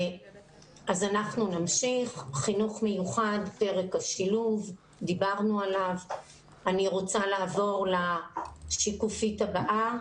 דיברנו על פרק השילוב ואני רוצה לעבור לשקף הבא.